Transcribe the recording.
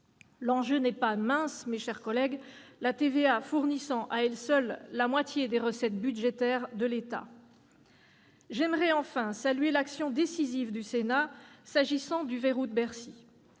L'enjeu n'est pas mince, mes chers collègues, la TVA fournissant à elle seule la moitié des recettes budgétaires de l'État. J'aimerais enfin saluer l'action décisive du Sénat s'agissant du « verrou de Bercy